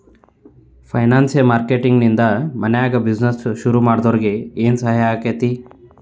ಫೈನಾನ್ಸಿಯ marketing ನಿಂದಾ ಮನ್ಯಾಗ್ business ಶುರುಮಾಡ್ದೊರಿಗೆ ಏನ್ಸಹಾಯಾಕ್ಕಾತಿ?